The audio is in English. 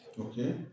Okay